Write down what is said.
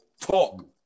Talk